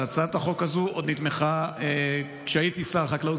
הצעת החוק הזאת עוד נתמכה כשהייתי שר החקלאות,